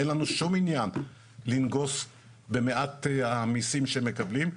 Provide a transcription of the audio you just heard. אין לנו שום עניין לנגוס במעט המיסים שהם מקבלים,